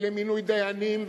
ולמינוי דיינים,